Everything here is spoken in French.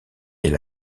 est